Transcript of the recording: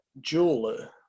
jeweler